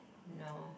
no